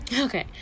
okay